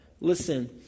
Listen